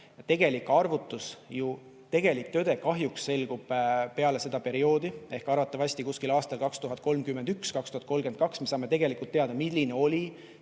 Tegelik arvutus, tegelik tõde kahjuks selgub peale seda perioodi, ehk arvatavasti aastal 2031 või 2032 me saame tegelikult teada, milline oli